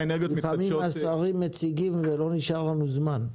לפעמים השרים מציגים ולא נשאר לנו זמן.